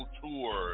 tour